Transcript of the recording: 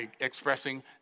expressing